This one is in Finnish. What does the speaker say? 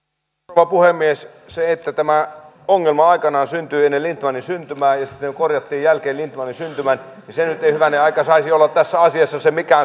rouva puhemies se että tämä ongelma aikanaan syntyi ennen lindtmanin syntymää ja sitä korjattiin jälkeen lindtmanin syntymän nyt ei hyvänen aika saisi olla tässä asiassa se mikä